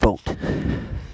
vote